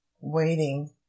Waiting